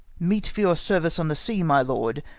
meet for your service on the sea, my lord,